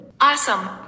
awesome